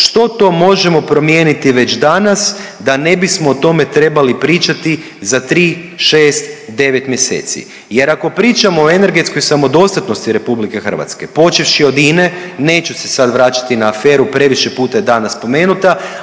što to možemo promijeniti već danas da ne bismo o tome trebali pričati za 3, 6, 9 mjeseci jer, ako pričamo o energetskoj samodostatnosti RH, počevši od INA-e, neću se sad vraćati na aferu, previše puta je danas spomenuta,